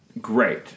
Great